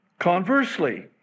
Conversely